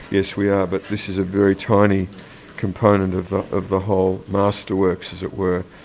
yes, we are, but this is a very tiny component of the of the whole master works, as it were.